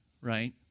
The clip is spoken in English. right